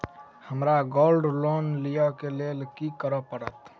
हमरा gold loan लिय केँ लेल की करऽ पड़त?